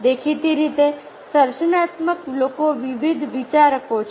દેખીતી રીતે સર્જનાત્મક લોકો વિવિધ વિચારકો છે